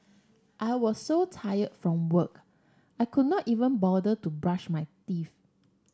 I was so tired from work I could not even bother to brush my teeth